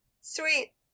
Sweet